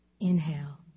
Inhale